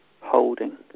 holding